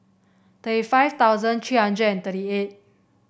thirty five thousand three hundred and thirty eight